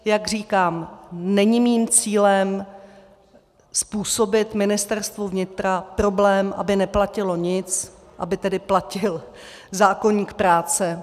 Jak říkám, není mým cílem způsobit Ministerstvu vnitra problém, aby neplatilo nic, aby tedy platil zákoník práce.